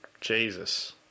Jesus